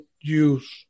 use